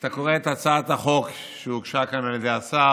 כשאתה קורא את הצעת החוק שהוגשה כאן על ידי השר,